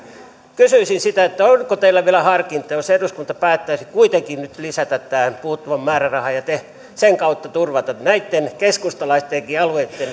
kysyisin sitä onko teillä vielä harkintaa jos eduskunta päättäisi kuitenkin nyt lisätä tämän puuttuvan määrärahan ja sen kautta turvata näitten keskustalaistenkin alueitten